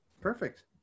Perfect